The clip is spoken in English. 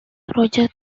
roger